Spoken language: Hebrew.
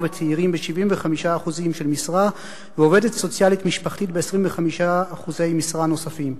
וצעירים ב-75% משרה ועובדת סוציאלית משפחתית ב-25% משרה נוספים.